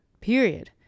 period